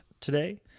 today